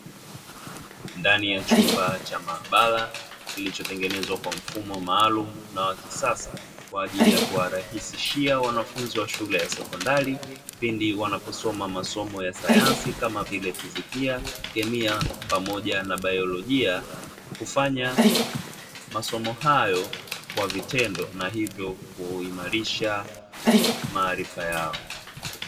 Ndani ya chumba cha maabara kilichotengenezwa kwa mfumo maalumu na wa kisasa. Kwa ajili ya kwa rahisishia wanafunzi wa shule ya sekondari pindi wanaposoma, masomo ya sayansi kama vile fizikia, kemia pamoja na biolojia kufanya masomo hayo kwa vitendo na hivyo kuimarisha maarifa yao.